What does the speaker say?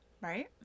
Right